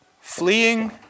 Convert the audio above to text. fleeing